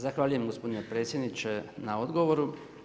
Zahvaljujem gospodine predsjedniče na dogovoru.